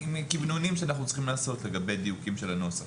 עם כוונונים שאנחנו צריכים לעשות לגבי דיוקים של הנוסח,